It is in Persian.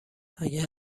اگه